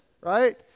Right